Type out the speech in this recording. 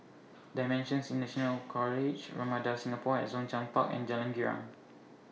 DImensions International College Ramada Singapore At Zhongshan Park and Jalan Girang